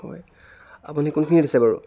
হয় আপুনি কোনখিনিত আছে বাৰু